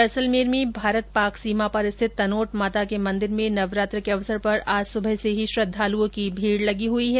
जैसलमेर में भारत पाक सीमा पर स्थित तनोट माता के मंदिर में नवरात्र के अवसर पर आज सुबह से ही श्रद्दालुओं की भीड़ लगी हुई है